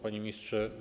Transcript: Panie Ministrze!